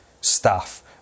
staff